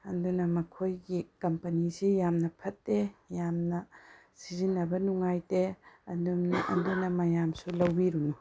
ꯑꯗꯨꯅ ꯃꯈꯣꯏꯒꯤ ꯀꯝꯄꯦꯅꯤꯁꯤ ꯌꯥꯝꯅ ꯐꯠꯇꯦ ꯌꯥꯝꯅ ꯁꯤꯖꯤꯟꯅꯕ ꯅꯨꯡꯉꯥꯏꯇꯦ ꯑꯗꯨꯅ ꯃꯌꯥꯝꯁꯨ ꯂꯧꯕꯤꯔꯨꯅꯨ